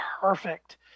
perfect